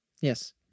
Yes